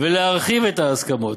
ולהרחיב את ההסכמות,